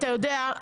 אתה יודע,